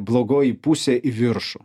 blogoji pusė į viršų